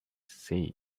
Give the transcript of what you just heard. say